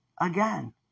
again